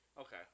Okay